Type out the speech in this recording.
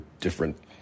different